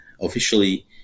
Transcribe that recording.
officially